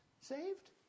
saved